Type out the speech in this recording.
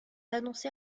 annoncés